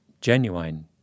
genuine